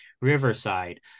Riverside